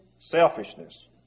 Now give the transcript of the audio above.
selfishness